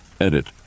Edit